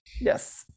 Yes